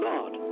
God